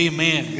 Amen